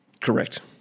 Correct